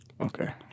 Okay